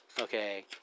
Okay